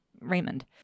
Raymond